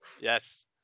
Yes